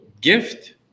gift